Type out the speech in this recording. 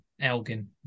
Elgin